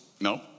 No